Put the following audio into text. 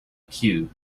queue